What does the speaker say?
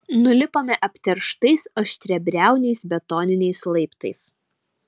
nulipome apterštais aštriabriauniais betoniniais laiptais